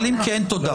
אם כן, תודה.